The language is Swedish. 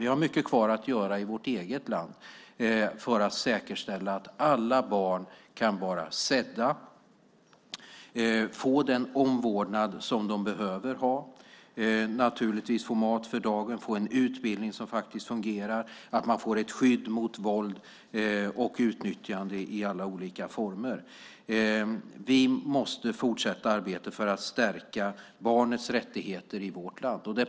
Vi har mycket kvar att göra i vårt eget land för att säkerställa att alla barn kan vara sedda och få den omvårdnad som de behöver ha. De behöver naturligtvis få mat för dagen och en utbildning som faktiskt fungerar. De behöver få ett skydd mot våld och utnyttjande i alla olika former. Vi måste fortsätta arbetet för att stärka barnets rättigheter i vårt land.